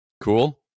Cool